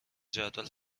جدول